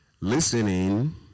Listening